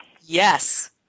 yes